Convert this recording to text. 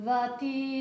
Vati